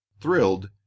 thrilled